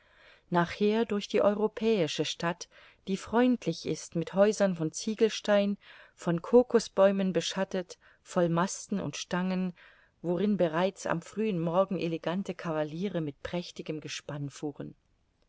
nachher durch die europäische stadt die freundlich ist mit häusern von ziegelstein von kokosbäumen beschattet voll masten und stangen worin bereits am frühen morgen elegante cavaliere mit prächtigem gespann fuhren